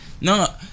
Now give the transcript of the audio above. No